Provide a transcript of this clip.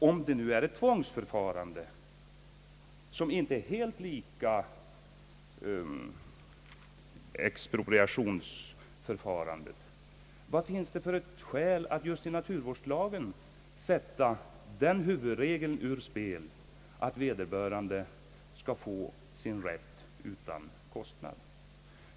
Om det nu är ett tvångsförfarande — men inte helt lika ett expropriationsförfarande — vad finns det då för skäl att just i naturvårdslagen sätta den huvudregeln ur spel att vederbörande skall få sin rätt utan kostnad?